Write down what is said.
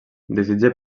desitja